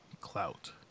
clout